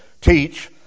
teach